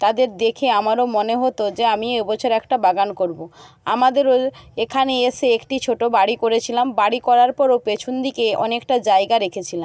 তাদের দেখে আমারও মনে হতো যে আমি এ বছর একটা বাগান করব আমাদের ওই এখানে এসে একটি ছোট বাড়ি করেছিলাম বাড়ি করার পরও পেছন দিকে অনেকটা জায়গা রেখেছিলাম